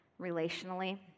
relationally